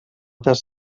des